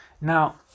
Now